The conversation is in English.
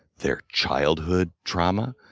their childhood trauma,